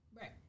Right